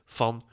van